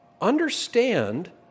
Understand